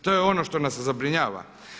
To je ono što nas zabrinjava.